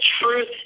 truth